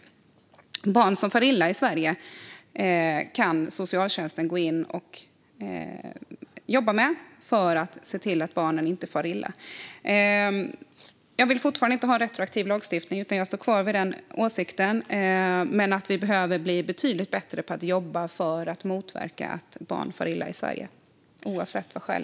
När det gäller barn som far illa i Sverige kan socialtjänsten gå in och jobba med dem för att se till att de inte far illa. Jag vill fortfarande inte ha retroaktiv lagstiftning utan står kvar vid min åsikt. Men vi behöver bli betydligt bättre på att jobba för att motverka att barn far illa i Sverige, oavsett skäl.